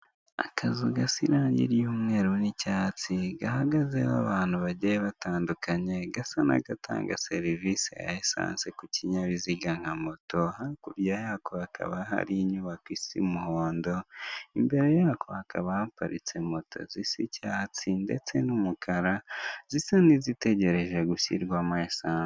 Akazu gasa irangi ry'umweru n'icyatsi, gahagazeho abantu bagiye batandukanye, gasa n'agatanga serivise ya esanse ku kinyabiziga nka moto. Hakurya yako hakaba hari inyubako isa umuhondo, imbere yako hakaba hapariste moto icyatsi ndetse n'umukara; zisa nizitegereje gushyirwamo esanse.